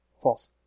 False